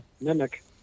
mimic